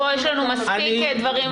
בוא, יש לנו מספיק דברים.